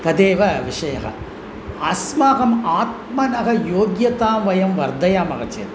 तदेव विषयः अस्माकम् आत्मनः योग्यता वयं वर्धयामः चेत्